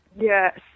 Yes